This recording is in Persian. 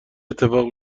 اتفاق